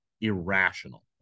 irrational